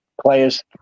players